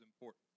important